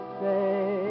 say